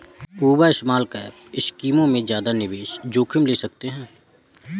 युवा स्मॉलकैप स्कीमों में ज्यादा निवेश जोखिम ले सकते हैं